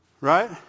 Right